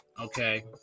Okay